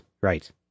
right